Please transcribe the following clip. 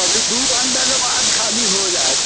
अभी दू घण्टाके बाद खाली हो जाइब